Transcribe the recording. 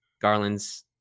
Garland's